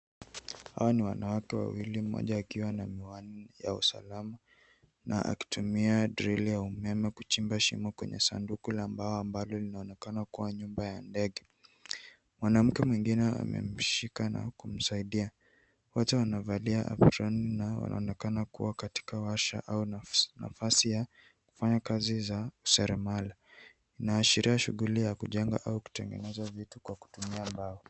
Hawa ni wanawake wawili mmoja akiwa na miwani ya usalama na akitumia drili ya umeme kuchimba shimo kwenye sanduku ya mbao na ambalo linaonekana kuwa nyumba ya ndege. Mwanamke mwingine amemshika na kumsaidia. Wote wanavalia aputrani na wanaonekana kuwa katika washa au nafasi ya kufanya kazi ya useremala. Inaashiria shughuli ya kujenga au kutengeneza vitu kwa kutumia mbao.